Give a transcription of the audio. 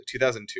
2002